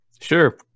sure